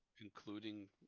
Including